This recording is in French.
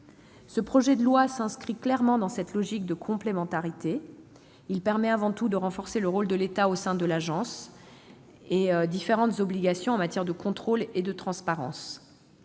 projet de loi s'inscrit clairement dans cette logique de complémentarité. Il permet, avant tout, de renforcer le rôle de l'État au sein de l'Agence et différentes obligations en matière de contrôle et de transparence.